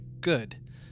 good